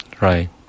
Right